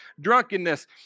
drunkenness